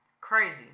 Crazy